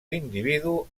l’individu